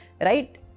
right